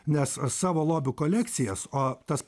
nes savo lobių kolekcijas o tas